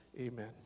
amen